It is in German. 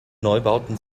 neubauten